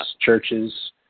churches